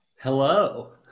hello